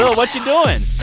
so but you doing?